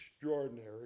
extraordinary